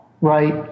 right